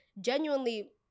genuinely